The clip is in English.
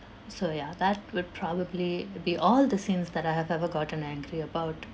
so ya that would probably be all the scenes that I have ever gotten angry about